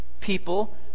people